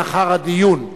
לאחר הדיון.